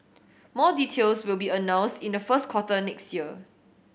more details will be announced in the first quarter next year